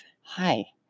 Hi